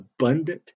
abundant